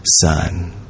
Son